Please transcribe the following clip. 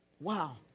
wow